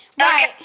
Right